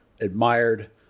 admired